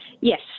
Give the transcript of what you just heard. Yes